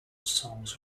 songs